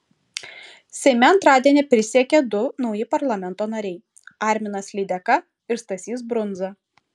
seime antradienį prisiekė du nauji parlamento nariai arminas lydeka ir stasys brundza